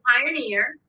Pioneer